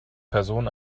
personen